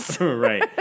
Right